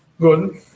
good